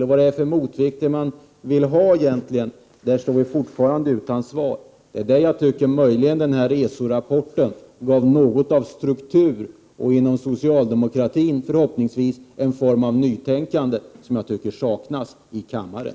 och vilka motvikter man egentligen vill ha, står vi fortfarande utan svar. ESO-rapporten gav möjligen något av en struktur, och den leder förhoppningsvis till en form av nytänkande inom socialdemokratin, vilket jag tycker saknas här i kammaren.